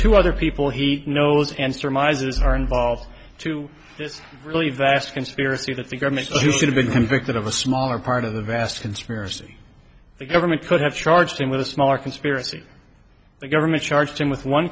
to other people he knows and surmises are involved to this really vast conspiracy that the government should have been convicted of a smaller part of the vast conspiracy the government could have charged him with a smaller conspiracy the government charged him with one